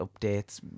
updates